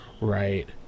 Right